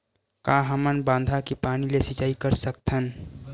का हमन बांधा के पानी ले सिंचाई कर सकथन?